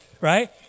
right